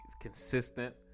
consistent